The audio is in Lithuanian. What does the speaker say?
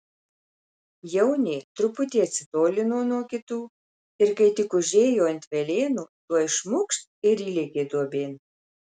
jaunė truputį atsitolino nuo kitų ir kai tik užėjo ant velėnų tuoj šmukšt ir įlėkė duobėn